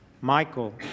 Michael